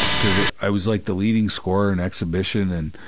cause i was like the leading scorer in exhibition and,